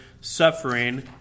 suffering